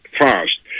fast